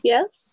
Yes